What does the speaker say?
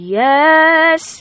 yes